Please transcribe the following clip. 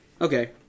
Okay